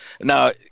Now